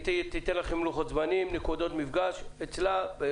היא תיתן לכם לוחות זמנים, נקודות מפגש אצלה.